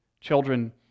Children